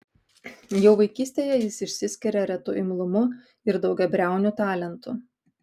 jau vaikystėje jis išsiskiria retu imlumu ir daugiabriauniu talentu